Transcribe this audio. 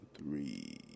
three